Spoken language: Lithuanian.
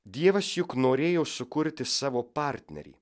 dievas juk norėjo sukurti savo partnerį